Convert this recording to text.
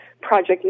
project